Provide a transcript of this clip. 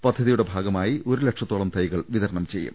പദ്ധതിയുടെ ഭാഗ മായി ഒരു ലക്ഷത്തോളം തൈകൾ വിതരണം ചെയ്യും